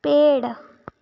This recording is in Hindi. पेड़